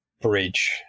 bridge